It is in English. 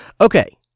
okay